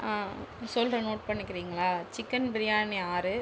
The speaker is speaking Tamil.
சொல்கிறேன் நோட் பண்ணிக்கிறீங்களா சிக்கன் பிரியாணி ஆறு